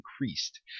increased